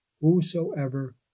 whosoever